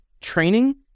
training